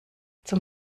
zum